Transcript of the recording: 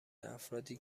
افرادی